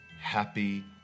Happy